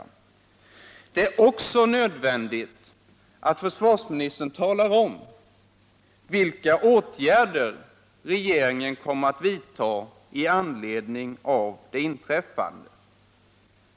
Det är också nödvändigt att försvarsministern talar om vilka åtgärder regeringen kommer att vidta i anledning av det inträffade.